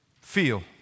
feel